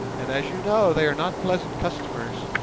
and, as you know, they are not pleasant customers.